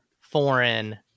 foreign